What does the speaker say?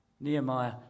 Nehemiah